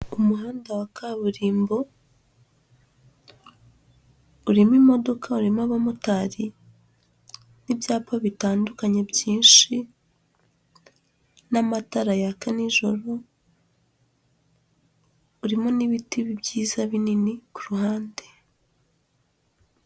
Ku muhanda wa kaburimbo, urimo imodoka, urimo abamotari n'ibyapa bitandukanye byinshi, n'amatara yaka nijoro, urimo n'ibiti byiza binini ku ruhande.